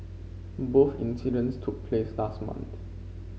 both incidents took place last month